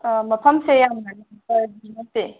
ꯃꯐꯝꯁꯦ ꯌꯥꯝꯅ ꯅꯛꯄꯗꯤ ꯅꯠꯇꯦ